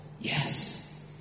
Yes